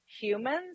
humans